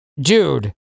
dude